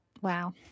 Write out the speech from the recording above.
Wow